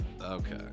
Okay